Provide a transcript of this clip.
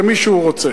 למי שהוא רוצה.